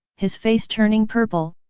his face turning purple,